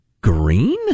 Green